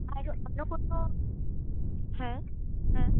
আরও অন্য কোনো হ্যাঁ হ্যাঁ